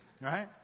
Right